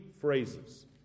phrases